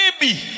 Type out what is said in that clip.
baby